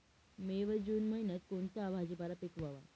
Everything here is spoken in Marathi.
मे व जून महिन्यात कोणता भाजीपाला पिकवावा?